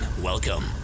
welcome